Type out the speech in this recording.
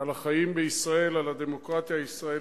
על החיים בישראל, על הדמוקרטיה הישראלית.